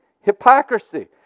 hypocrisy